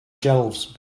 shelves